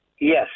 Yes